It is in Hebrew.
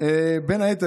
בין היתר,